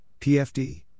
PFD